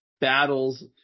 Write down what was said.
battles